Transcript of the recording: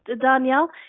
Danielle